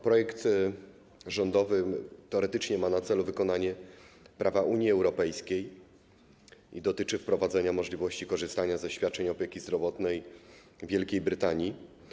Projekt rządowy teoretycznie ma na celu wykonanie prawa Unii Europejskiej i dotyczy wprowadzenia możliwości korzystania ze świadczeń opieki zdrowotnej w Wielkiej Brytanii.